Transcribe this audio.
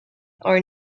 are